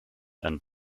and